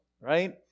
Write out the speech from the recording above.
right